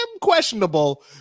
questionable